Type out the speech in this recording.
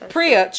Priya